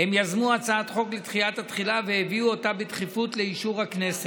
הם יזמו הצעת חוק לדחיית התחילה והביאו אותה בדחיפות לאישור הכנסת.